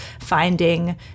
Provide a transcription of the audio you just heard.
finding